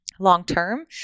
long-term